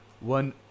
One